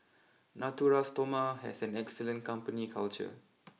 Natura Stoma has an excellent company culture